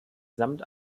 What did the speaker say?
samt